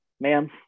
ma'am